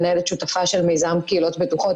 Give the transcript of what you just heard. מנהלת שותפה של מיזם קהילות פתוחות